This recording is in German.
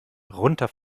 runter